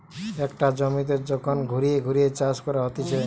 একটা জমিতে যখন ঘুরিয়ে ঘুরিয়ে চাষ করা হতিছে